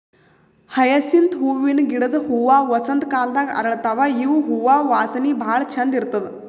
hyacinth ಹೂವಿನ ಗಿಡದ್ ಹೂವಾ ವಸಂತ್ ಕಾಲದಾಗ್ ಅರಳತಾವ್ ಇವ್ ಹೂವಾ ವಾಸನಿ ಭಾಳ್ ಛಂದ್ ಇರ್ತದ್